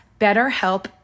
BetterHelp